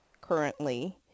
currently